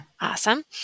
Awesome